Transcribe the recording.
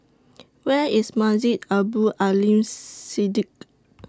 Where IS Masjid Abdul Aleem Siddique